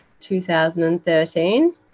2013